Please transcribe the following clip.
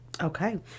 Okay